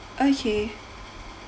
okay